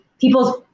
people's